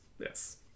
yes